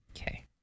Okay